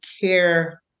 care